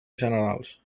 generals